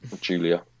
Julia